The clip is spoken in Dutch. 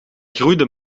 groeide